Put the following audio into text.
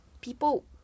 people